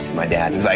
my dad was like,